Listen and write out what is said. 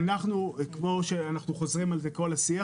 כמו שאנחנו חוזרים על זה במשך כל השיח,